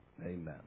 Amen